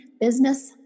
Business